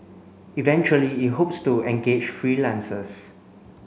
eventually it hopes to engage freelancers